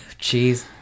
Jeez